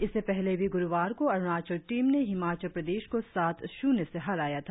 इससे पहले भी ग्रुवार को अरुणाचल टीम ने हिमाचल प्रदेश को सात शून्य से हराया था